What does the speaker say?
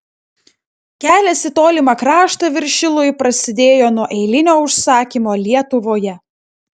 kelias į tolimą kraštą viršilui prasidėjo nuo eilinio užsakymo lietuvoje